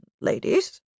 ladies